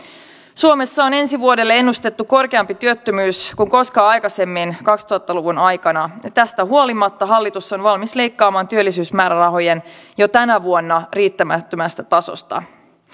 suomessa on ensi vuodelle ennustettu korkeampi työttömyys kuin koskaan aikaisemmin kaksituhatta luvun aikana ja tästä huolimatta hallitus on valmis leikkaamaan työllisyysmäärärahoja jo tänä vuonna riittämättömästä tasosta